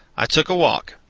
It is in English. i took a walk.